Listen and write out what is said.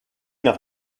nach